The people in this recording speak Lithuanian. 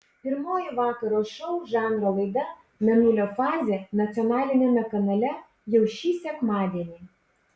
pirmoji vakaro šou žanro laida mėnulio fazė nacionaliniame kanale jau šį sekmadienį